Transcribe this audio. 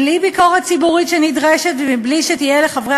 בלי ביקורת ציבורית שנדרשת ובלי שתהיה לחברי